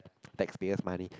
tax payers money